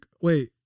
wait